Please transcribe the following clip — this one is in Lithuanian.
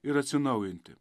ir atsinaujinti